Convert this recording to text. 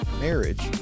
Marriage